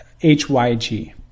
HYG